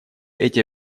эти